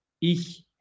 ich